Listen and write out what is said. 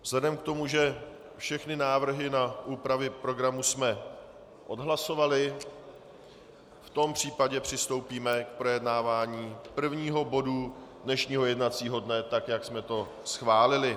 Vzhledem k tomu, že všechny návrhy na úpravu programu jsme odhlasovali, přistoupíme k projednávání prvního bodu dnešního jednacího dne, jak jsme to schválili.